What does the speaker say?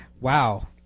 wow